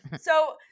So-